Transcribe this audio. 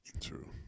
True